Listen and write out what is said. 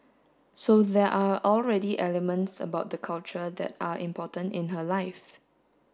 so there are already elements about the culture that are important in her life